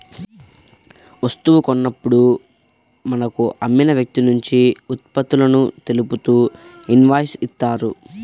వస్తువు కొన్నప్పుడు మనకు అమ్మిన వ్యక్తినుంచి ఉత్పత్తులను తెలుపుతూ ఇన్వాయిస్ ఇత్తారు